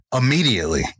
Immediately